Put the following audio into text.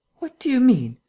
what do you mean?